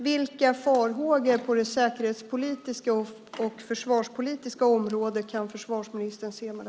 Vilka farhågor på det säkerhetspolitiska och det försvarspolitiska området kan försvarsministern se?